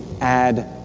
add